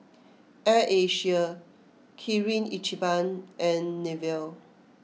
Air Asia Kirin Ichiban and Nivea